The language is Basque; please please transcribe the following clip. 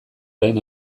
orain